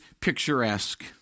picturesque